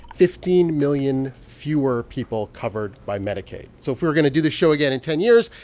fifteen million fewer people covered by medicaid. so if we were going to do this show again in ten years,